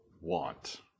want